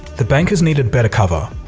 the bankers needed better cover.